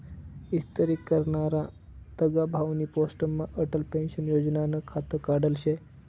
इस्तरी करनारा दगाभाउनी पोस्टमा अटल पेंशन योजनानं खातं काढेल शे